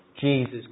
Jesus